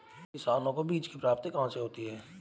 किसानों को बीज की प्राप्ति कहाँ से होती है?